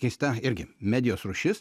keista irgi medijos rūšis